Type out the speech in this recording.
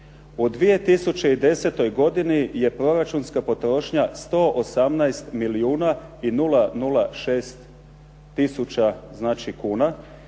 u 2010. godini je proračunska potrošnja 118 milijuna